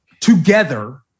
together